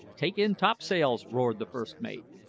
take in topsails! roared the first mate.